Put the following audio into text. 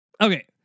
Okay